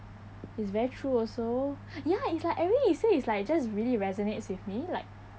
is very true also ya it's like everything he say is like just really resonates with me like